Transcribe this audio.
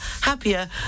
happier